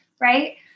right